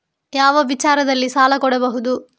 ಯಾವ ವಿಚಾರದಲ್ಲಿ ಸಾಲ ಕೊಡಬಹುದು?